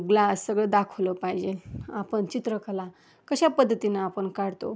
glass सगळं दाखवलं पाहिजे आपण चित्रकला कशा पद्धतीनं आपण काढतो